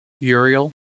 Uriel